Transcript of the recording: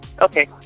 Okay